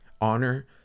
Honor